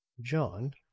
John